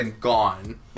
gone